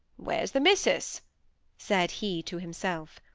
where's the missus said he to himself.